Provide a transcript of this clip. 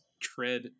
tread